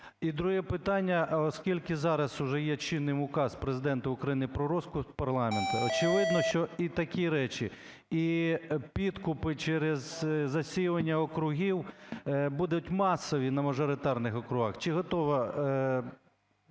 І друге питання. Оскільки зараз уже є чинним Указ Президента України про розпуск парламенту, очевидно, що і такі речі, і підкупи через засіювання округів будуть масові на мажоритарних округах. Чи готова